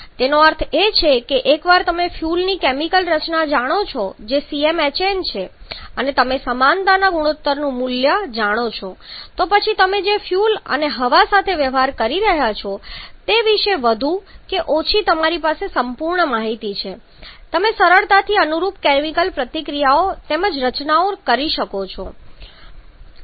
તેનો અર્થ એ છે કે એકવાર તમે ફ્યુઅલની કેમિકલ રચના જાણો છો જે CmHn છે અને તમે સમાનતા ગુણોત્તરનું મૂલ્ય જાણો છો તો પછી તમે જે ફ્યુઅલ અને હવા સાથે વ્યવહાર કરી રહ્યાં છો તે વિશે વધુ કે ઓછી તમારી પાસે સંપૂર્ણ માહિતી હશે તમે સરળતાથી અનુરૂપ કેમિકલ પ્રતિક્રિયા તેમજ રચના કરી શકો છો